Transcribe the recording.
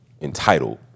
entitled